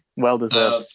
well-deserved